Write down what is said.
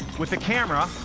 with the camera,